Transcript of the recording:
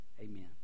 Amen